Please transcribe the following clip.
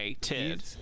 Tid